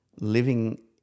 living